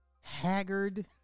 haggard